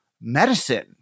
medicine